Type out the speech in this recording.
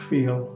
Feel